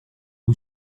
who